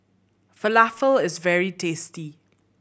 falafel is very tasty